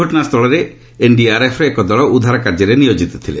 ଘଟଣା ସ୍ଥଳରେ ଏନ୍ଡିଆର୍ଏଫ୍ ର ଏକ ଦଳ ଉଦ୍ଧାର କାର୍ଯ୍ୟରେ ନିୟୋଜିତ ଥିଲେ